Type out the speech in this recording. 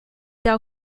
thou